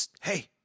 hey